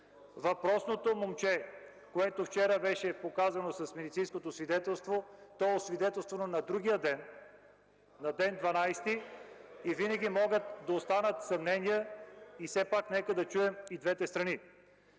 Въпросното момче, което вчера беше показано с медицинско свидетелство, е освидетелствано на другия ден – на ден 12-и, и винаги могат да останат съмнения, но все пак нека да чуем и двете страни.